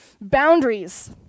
boundaries